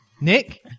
Nick